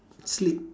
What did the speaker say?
sleep